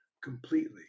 completely